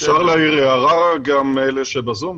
אפשר להעיר הערה רק, גם אלה שבזום?